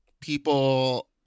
people